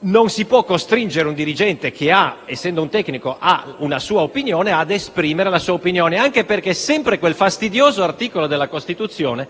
non si può costringere un dirigente, che, essendo un tecnico, ha una sua opinione, ad esprimere una diversa opinione. Anche perché, sempre quel fastidioso articolo della Costituzione,